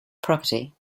property